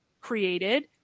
created